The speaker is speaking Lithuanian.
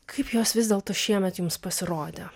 kaip jos vis dėlto šiemet jums pasirodė